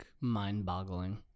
mind-boggling